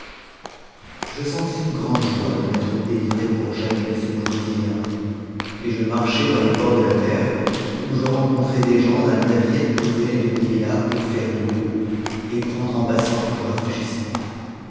je sentis une grande joie de m'être délivré pour jamais de ce tuaudi vieillard et je marchai vers le bord de la mer où je rencontrai desgmm d'un navire qui venait de mouiller là pour faire de l'eau et prendre en passant quelques rafraîchissements